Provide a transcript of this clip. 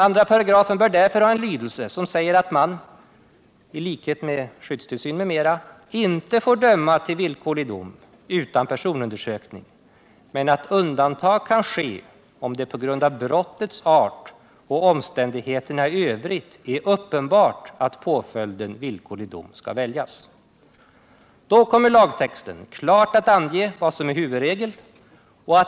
2 § bör därför ha en lydelse som säger att man —-ilikhet med vad som är fallet vid dom till skyddstillsyn m.m. —-inte får döma till villkorlig dom utan personundersökning men att undantag kan ske om det på grund av brottets art och omständigheterna i övrigt är uppenbart att påföljden villkorlig dom skall väljas. Då kommer lagtexten att ange huvudregeln och att det från denna finns det nu föreslagna undantaget, som vi är ense om i sak.